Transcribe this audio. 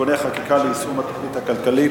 (תיקוני חקיקה ליישום התוכנית הכלכלית